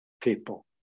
people